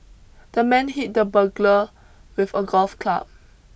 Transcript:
the man hit the burglar with a golf club